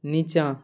नीचाँ